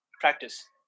practice